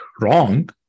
wrong